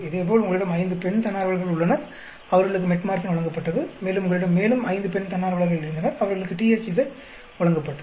இதேபோல் உங்களிடம் ஐந்து பெண் தன்னார்வலர்கள் உள்ளனர் அவர்களுக்கு மெட்ஃபோர்மின் வழங்கப்பட்டது மேலும் உங்களிடம் மேலும் ஐந்து பெண் தன்னார்வலர்கள் இருந்தனர் அவர்களுக்கு THZ வழங்கப்பட்டது